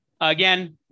again